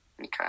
Okay